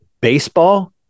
baseball